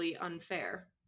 unfair